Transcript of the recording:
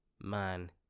man